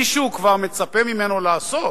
מישהו כבר מצפה ממנו לעשות,